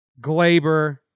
Glaber